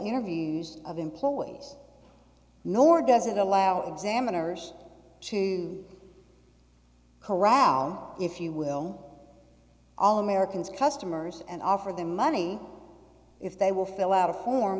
interviews of employees nor does it allow examiners to carouse if you will all americans customers and offer their money if they will fill out a form